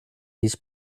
his